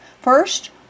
first